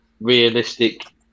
realistic